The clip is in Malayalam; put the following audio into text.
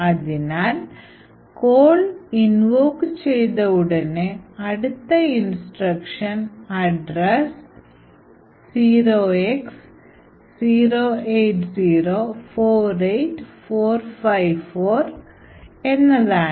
അതിനാൽ കോൾ invoke ചെയ്ത ഉടനെ അടുത്ത ഇൻസ്ട്രക്ഷൻ അഡ്രസ് 0x08048454 ഇതാണ്